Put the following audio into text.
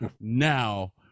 now